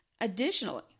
Additionally